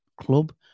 club